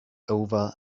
over